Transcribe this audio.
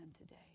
today